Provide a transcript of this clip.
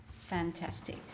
Fantastic